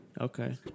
Okay